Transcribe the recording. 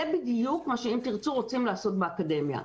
זה בדיוק מה ש"אם תרצו" רוצים לעשות באקדמיה.